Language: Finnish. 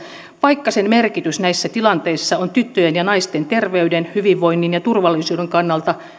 vaikka sen merkitys näissä tilanteissa on tyttöjen ja naisten terveyden hyvinvoinnin ja turvallisuuden kannalta